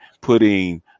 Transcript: putting